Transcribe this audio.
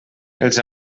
els